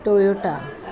Toyota